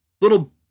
little